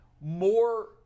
more